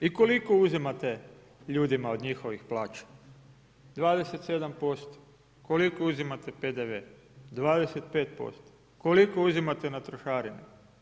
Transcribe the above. I koliko uzimate ljudima od njihovih plaća, 27% koliko uzimate PDV, 25%, koliko uzimate na trošarine?